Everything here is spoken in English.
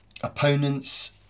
opponents